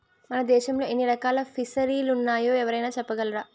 మన దేశంలో ఎన్ని రకాల ఫిసరీలున్నాయో ఎవరైనా చెప్పగలరా